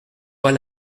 pas